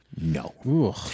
no